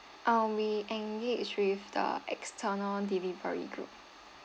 um we engage with the external delivery group